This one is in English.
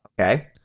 okay